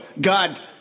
God